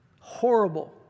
Horrible